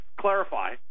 clarify